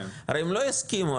הרי הם לא יסכימו.